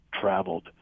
traveled